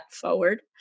forward